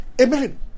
amen